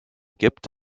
gibt